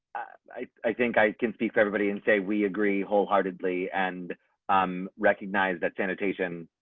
i think i can speak for everybody and say we agree wholeheartedly and um recognize that sanitation.